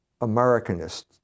Americanists